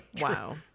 Wow